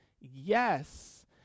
yes